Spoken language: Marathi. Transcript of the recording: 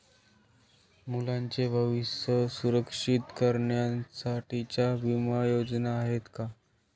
मुलांचे भविष्य सुरक्षित करण्यासाठीच्या विमा योजना आहेत का?